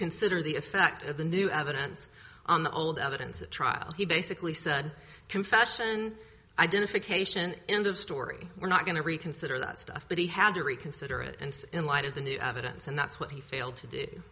consider the effect of the new evidence on the old evidence at trial he basically said confession identification end of story we're not going to reconsider that stuff but he had to reconsider it and in light of the new evidence and that's what he failed to do